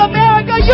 America